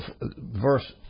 Verse